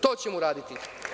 To ćemo uraditi.